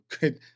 good